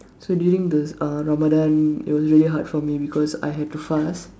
so during the uh Ramadan it was really hard for me because I had to fast